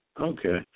Okay